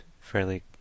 fairly